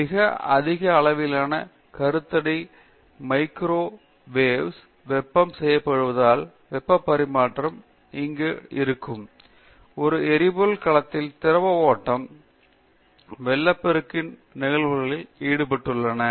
மிக அதிக அளவிலான கருத்தடைக்கு மைக்ரோ வௌஸ் வெப்பம் செய்யப்படுவதால் வெப்ப பரிமாற்றமும் இருக்கும் பேராசிரியர் டி ரெங்கநாதன் ஒரு எரிபொருள் கலத்தில் திரவ ஓட்டம் வெள்ளப்பெருக்கின் நிகழ்வுகளில் ஈடுபட்டுள்ளன